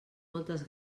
moltes